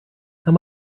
how